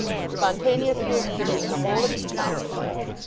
and spontaneously exhibiting the whole of his accomplishments.